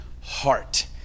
heart